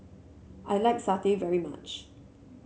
I like satay very much